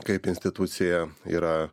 kaip institucija yra